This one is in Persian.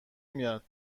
میاد